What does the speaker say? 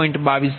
2832 ZBUSNEWj0